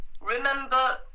Remember